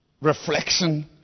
reflection